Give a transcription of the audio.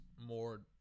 more